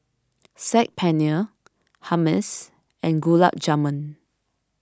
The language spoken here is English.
Saag Paneer Hummus and Gulab Jamun